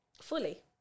Fully